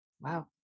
wow